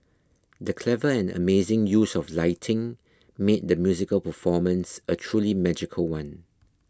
the clever and amazing use of lighting made the musical performance a truly magical one